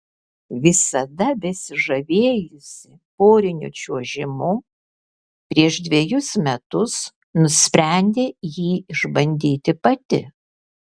visada besižavėjusi poriniu čiuožimu prieš dvejus metus nusprendė jį išbandyti pati